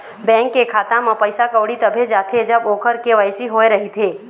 bank के खाता म पइसा कउड़ी तभे जाथे जब ओखर के.वाई.सी होए रहिथे